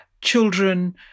children